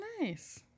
nice